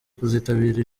kuzitabira